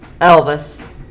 Elvis